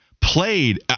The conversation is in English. played